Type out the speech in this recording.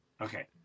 Okay